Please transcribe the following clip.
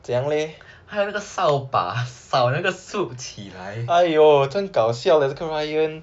他用那个扫把把那个 soup 扫起来